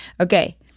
okay